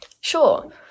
Sure